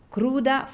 Cruda